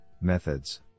methods